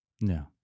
No